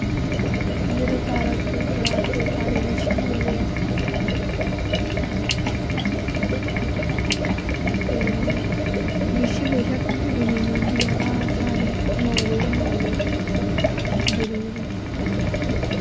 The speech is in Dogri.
जेल्लै तारा त्रुट्टदा ते सारे विश मंगदे ते विश बेशक्क पूरी नेईं होंदी ऐ ब सारे मंगदे गै मंगदे जरूरी